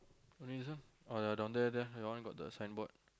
only this one oh ya down there there that one got the signboard